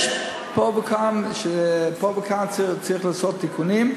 פה ושם צריך לעשות תיקונים.